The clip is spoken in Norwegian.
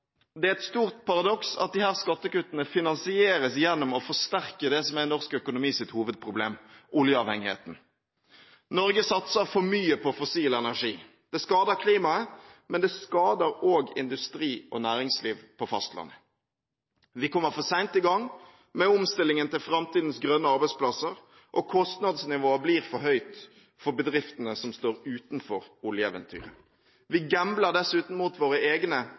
Det er et stort paradoks at disse skattekuttene finansieres gjennom å forsterke det som er norsk økonomis hovedproblem: oljeavhengigheten. Norge satser for mye på fossil energi. Det skader klimaet, men det skader også industri og næringsliv på fastlandet. Vi kommer for sent i gang med omstillingen til framtidens grønne arbeidsplasser, og kostnadsnivået blir for høyt for bedriftene som står utenfor oljeeventyret. Vi gambler dessuten mot våre egne